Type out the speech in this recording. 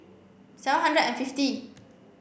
seven hundred and fifty